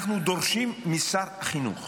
אנחנו דורשים משר החינוך